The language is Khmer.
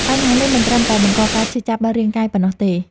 បញ្ហានេះមិនត្រឹមតែបង្កការឈឺចាប់ដល់រាងកាយប៉ុណ្ណោះទេ។